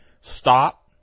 stop